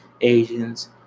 Asians